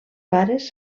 pares